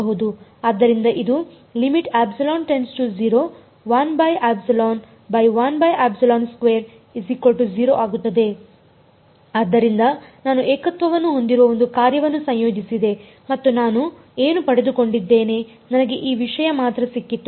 ಆದ್ದರಿಂದ ಇದು ಆಗುತ್ತದೆ ಆದ್ದರಿಂದ ನಾನು ಏಕತ್ವವನ್ನು ಹೊಂದಿರುವ ಒಂದು ಕಾರ್ಯವನ್ನು ಸಂಯೋಜಿಸಿದೆ ಮತ್ತು ಮತ್ತು ನಾನು ಏನು ಪಡೆದುಕೊಂಡಿದ್ದೇನೆಂದರೆ ನನಗೆ ಈ ವಿಷಯ ಮಾತ್ರ ಸಿಕ್ಕಿತು